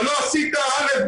אבל לא עשית א',